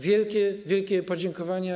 Wielkie, wielkie podziękowania.